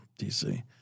DC